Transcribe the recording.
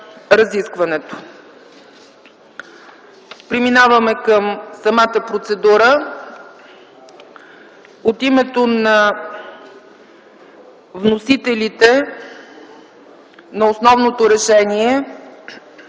разискванията. Преминаваме към самата процедура. От името на вносителите на основния проект